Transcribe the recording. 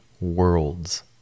worlds